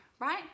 right